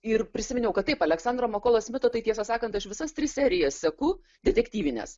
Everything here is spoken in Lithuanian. ir prisiminiau kad taip aleksandro makolo smito tai tiesą sakant aš visas tris serijas seku detektyvines